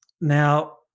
Now